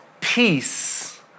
peace